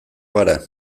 gara